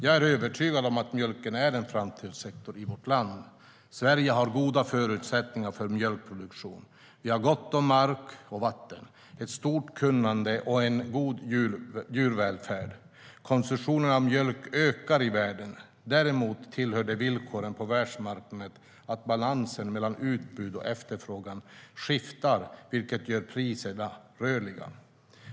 Jag är övertygad om att mjölken är en framtidssektor i vårt land. Sverige har goda förutsättningar för mjölkproduktion. Vi har gott om mark och vatten, ett stort kunnande och en god djurvälfärd. Konsumtionen av mjölk ökar i världen. Däremot tillhör det villkoren på världsmarknaden att balansen mellan utbud och efterfrågan skiftar, vilket gör priserna rörliga.